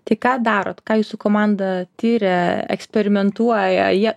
tai ką darot ką jūsų komanda tiria eksperimentuoja jie